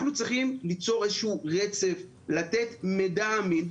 אנחנו צריכים איזשהו רצף, לתת מידע אמין.